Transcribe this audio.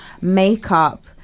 makeup